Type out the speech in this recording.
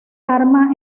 arma